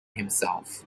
himself